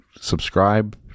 subscribe